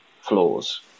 flaws